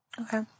Okay